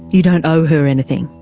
you don't owe her anything.